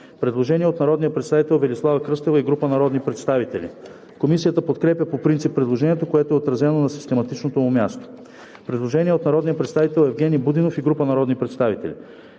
Предложение от народния представител Велислава Кръстева и група народни представители. Комисията подкрепя по принцип предложението, което е отразено на систематичното му място. Предложение от народния представител Евгени Будинов и група народни представители.